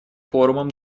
форумом